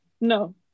No